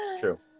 True